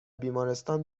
بیمارستان